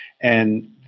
And-